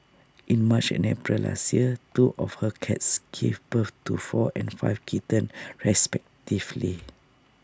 in March and April last year two of her cats gave birth to four and five kittens respectively